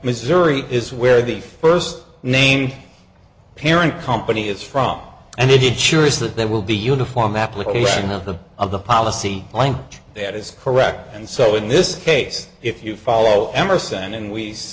missouri is where the first name parent company is from and it sure is that there will be uniform application of the of the policy language that is correct and so in this case if you follow emerson and we